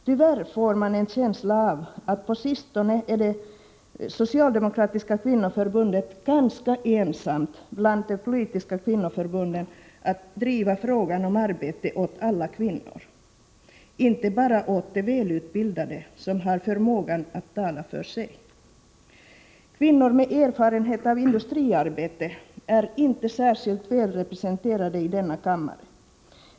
Tyvärr får man en känsla av att det socialdemokratiska kvinnoförbundet på sistone är ganska ensamt bland de politiska kvinnoförbunden om att driva frågan om arbete åt alla kvinnor, inte bara åt de välutbildade som har förmåga att tala för sig. Kvinnor med erfarenhet av industriarbete är inte särskilt välrepresenterade i denna kammare.